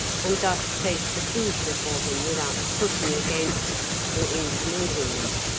and thus placed the food before them without pushing against or incommoding them.